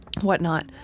whatnot